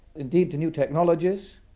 indeed to new technologies.